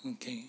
okay